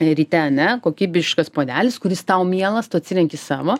ryte ane kokybiškas puodelis kuris tau mielas tu atsirenki savo